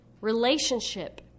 relationship